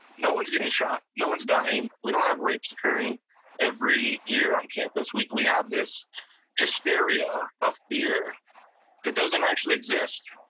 no one's getting shot, no one's dying. we don't have rapes occurring every year on campus. we have this hysteria of fear that doesn't actually exist.